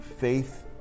Faith